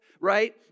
right